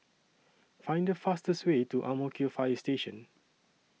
Find The fastest Way to Ang Mo Kio Fire Station